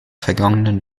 vergangenen